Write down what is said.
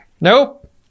nope